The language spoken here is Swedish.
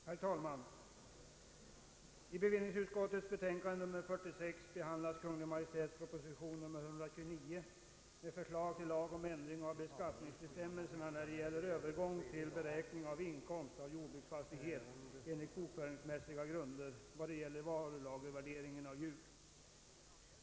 Herr talman! I bevillningsutskottets betänkande nr 46 behandlas Kungl. Maj:ts proposition nr 129 med förslag till lag om ändring i beskattningsbestämmelserna när det gäller övergång till beräkning av inkomst av jordbruksfastighet enligt bokföringsmässiga grunder vid varulagervärdering av djur.